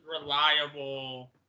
reliable